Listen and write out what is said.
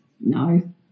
No